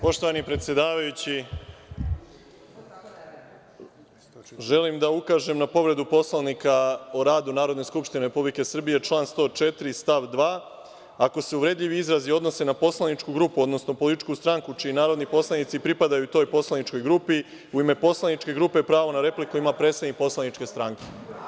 Poštovani predsedavajući, želim da ukažem na povredu Poslovnika o radu Narodne skupštine Republike Srbije, član 104. stav 2. – ako se uvredljivi izrazi odnose na poslaničku grupu, odnosno političku stranku čiji narodni poslanici pripadaju toj poslaničkoj grupi, u ime poslaničke grupe pravo na repliku ima predsednik poslaničke stranke.